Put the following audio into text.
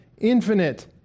Infinite